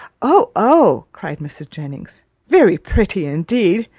oh, oh! cried mrs. jennings very pretty, indeed!